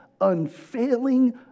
unfailing